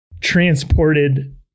transported